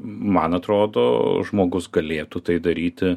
man atrodo žmogus galėtų tai daryti